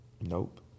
Nope